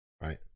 right